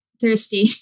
thirsty